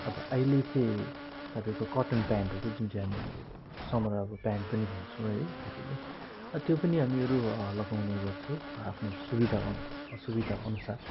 अब अहिले चाहिँ तपाईँको कटन प्यान्टहरू जुन चाहिँ हामीहरू समर प्यान्ट पनि भन्छौँ है त्यो पनि हामीहरू लगाउने गर्छौँ आफ्नो सुविधा सुविधा अनुसार